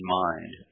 mind